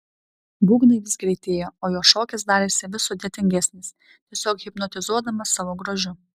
būgnai vis greitėjo o jo šokis darėsi vis sudėtingesnis tiesiog hipnotizuodamas savo grožiu